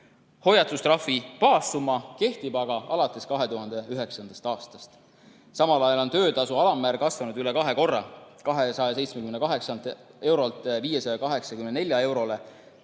Hoiatustrahvi baassumma kehtib alates 2009. aastast. Samal ajal on töötasu alammäär kasvanud üle kahe korra, 278 eurolt 584 eurole.